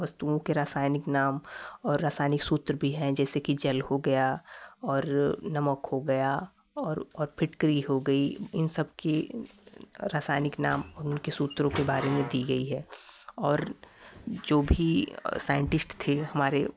वस्तुओं के रासायनिक नाम रासायनिक सूत्र भी हैं जैसे कि जल हो गया और नमक हो गया और और फिटकिरी हो गई इन सब की रासायनिक नाम उनके सूत्रों के बारे में दी गई है और जो भी साइंटिस्ट थे हमारे